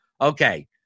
okay